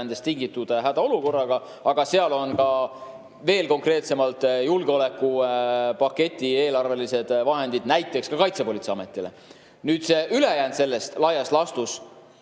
sisserändest tingitud hädaolukorras, aga seal on ka veel konkreetsemalt julgeolekupaketi eelarvelised vahendid näiteks Kaitsepolitseiametile. Ülejäänu, laias laastus